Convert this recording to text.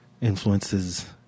influences